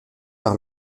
par